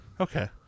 Okay